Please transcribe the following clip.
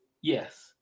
Yes